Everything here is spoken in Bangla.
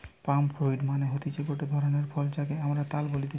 পাম ফ্রুইট মানে হতিছে গটে ধরণের ফল যাকে আমরা তাল বলতেছি